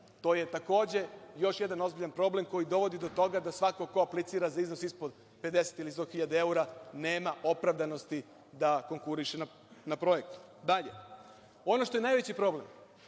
To je takođe još jedan ozbiljan problem koji dovodi do toga da svako ko aplicira za iznos ispod 50 ili 100 hiljada evra nema opravdanosti da konkuriše na projektu. Dalje, ono što je najveći problem,